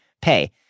pay